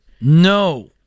No